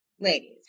ladies